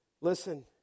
Listen